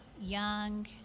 young